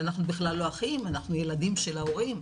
ואנחנו בכלל לא אחים, אנחנו ילדים של ההורים.